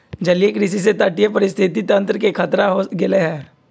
जलीय कृषि से तटीय पारिस्थितिक तंत्र के खतरा हो गैले है